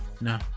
No